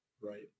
right